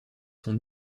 sont